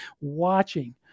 watching